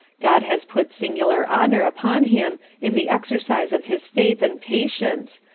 god has put singular honour upon him in the exercise of his faith and patience,